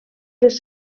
les